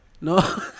No